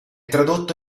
tradotto